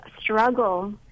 struggle